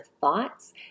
thoughts